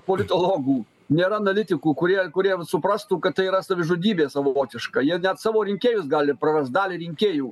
politologų nėra analitikų kurie kurie suprastų kad tai yra savižudybė savotiška jie net savo rinkėjus gali prarast dalį rinkėjų